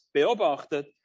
beobachtet